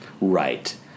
Right